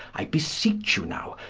i beseech you now,